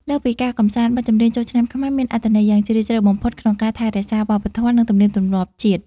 លើសពីការកម្សាន្ត បទចម្រៀងចូលឆ្នាំខ្មែរមានអត្ថន័យយ៉ាងជ្រាលជ្រៅបំផុតក្នុងការថែរក្សាវប្បធម៌ និងទំនៀមទម្លាប់ជាតិ។